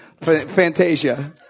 Fantasia